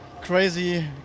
crazy